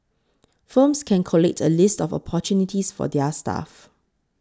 firms can collate a list of opportunities for their staff